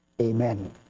Amen